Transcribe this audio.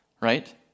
right